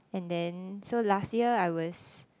and then so last year I was